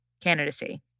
candidacy